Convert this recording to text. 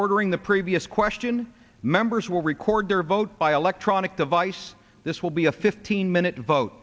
ordering the previous question members will record their vote by electronic device this will be a fifteen minute vote